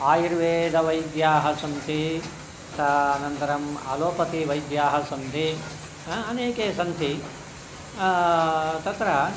आयुर्वेदवैद्याः सन्ति सः अनन्तरं आलोपथीवैद्याः सन्ति अनेके सन्ति तत्र